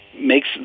makes